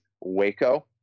Waco